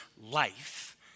life